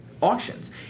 auctions